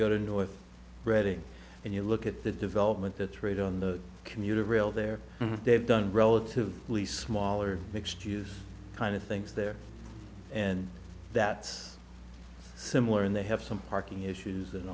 go to north reading and you look at the development to trade on the commuter rail there they've done relatively smaller mixed use kind of things there and that's similar and they have some parking issues